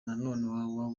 none